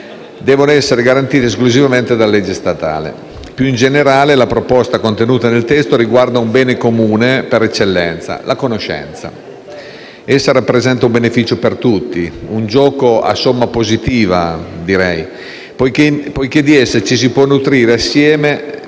devono essere garantite esclusivamente dalla legge statale. Più in generale, la proposta contenuta nel testo riguarda un bene comune per eccellenza, la conoscenza. Essa rappresenta un beneficio per tutti, un gioco a somma positiva, poiché di essa ci si può nutrire assieme